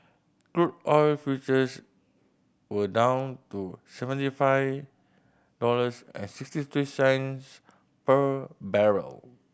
crude oil futures were down to seventy five dollars and six three cents per barrel